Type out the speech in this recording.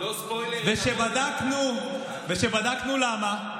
וכשבדקנו למה,